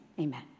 amen